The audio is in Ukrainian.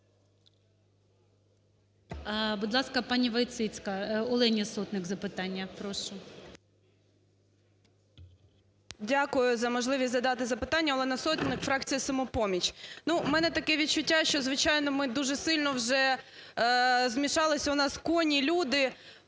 Дякую за можливість задати запитання. Олена Сотник, фракція "Самопоміч". У мене таке відчуття, що, звичайно, ми дуже сильно вже, змішались у нас коні, люди,